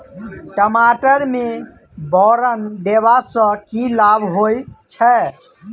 टमाटर मे बोरन देबा सँ की लाभ होइ छैय?